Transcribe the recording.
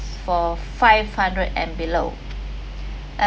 for five hundred and below